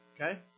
Okay